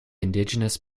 indigenous